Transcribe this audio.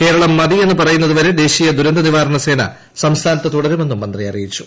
കേരളം മതി എന്ന് പറയുന്നത് വരെ ദേശീയ ദുരന്ത നിവാരണ സേന സംസ്ഥാനത്ത് തുടരുമെന്നും മന്ത്രി അറിയിച്ചു